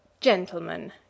Gentlemen